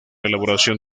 elaboración